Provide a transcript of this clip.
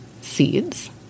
seeds